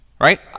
right